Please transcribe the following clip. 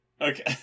okay